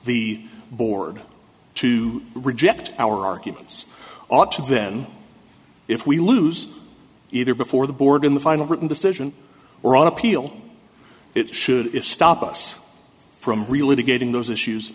the board to reject our arguments ought to then if we lose either before the board in the final written decision or on appeal it should stop us from really to getting those issues